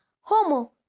homo